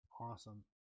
Awesome